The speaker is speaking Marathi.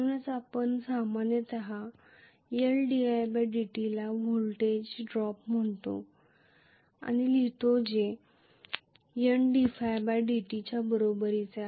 म्हणूनच आपण सामान्यत Ldi dt ला व्होल्टेज ड्रॉप म्हणून लिहितो जे Ndϕdt च्या बरोबरीचे आहे